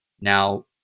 Now